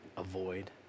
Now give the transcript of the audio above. avoid